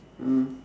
mm